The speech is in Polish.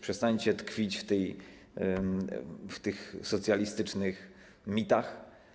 Przestańcie tkwić w tych socjalistycznych mitach.